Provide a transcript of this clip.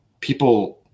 people